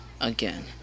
Again